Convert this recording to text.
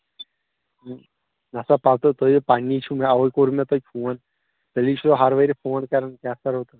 نہ سا پَتہٕ تُہے پنٛنی چھِو مےٚ اَوَے کوٚر مےٚ تۄہہِ فون تیٚلی چھِسو ہر ؤریہِ فون کران کیٛاہ کرو تہٕ